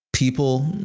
People